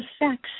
effects